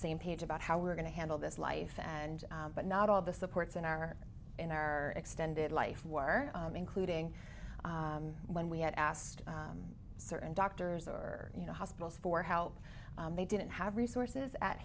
same page about how we're going to handle this life and but not all the supports in our in our extended life were including when we had asked certain doctors or you know hospitals for how they didn't have resources at